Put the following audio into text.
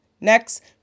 Next